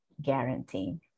guarantee